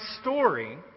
story